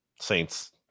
Saints